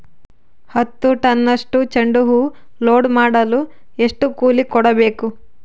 ಹತ್ತು ಟನ್ನಷ್ಟು ಚೆಂಡುಹೂ ಲೋಡ್ ಮಾಡಲು ಎಷ್ಟು ಕೂಲಿ ಕೊಡಬೇಕು?